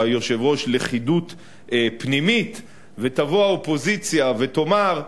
לכידות פנימית ותבוא האופוזיציה ותאמר: